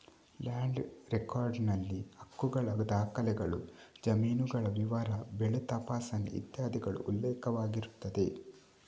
land record ನಲ್ಲಿ ಹಕ್ಕುಗಳ ದಾಖಲೆಗಳು, ಜಮೀನುಗಳ ವಿವರ, ಬೆಳೆ ತಪಾಸಣೆ ಇತ್ಯಾದಿಗಳು ಉಲ್ಲೇಖವಾಗಿರುತ್ತದೆ